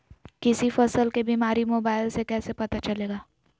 किसी फसल के बीमारी मोबाइल से कैसे पता चलेगा?